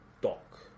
dock